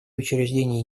учреждения